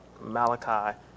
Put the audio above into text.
Malachi